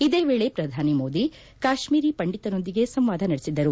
ಇದೇ ವೇಳೆ ಪ್ರಧಾನಿ ಮೋದಿ ಕಾಶ್ಮೀರಿ ಪಂಡಿತರೊಂದಿಗೆ ಸಂವಾದ ನಡೆಸಿದರು